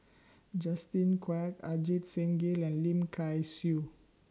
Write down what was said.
Justin Quek Ajit Singh Gill and Lim Kay Siu